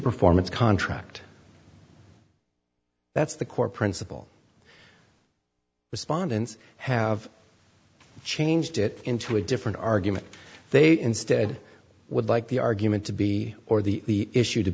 performance contract that's the core principle respondents have changed it into a different argument they instead would like the argument to be or the issue to